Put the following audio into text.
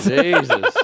Jesus